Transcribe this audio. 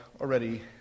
already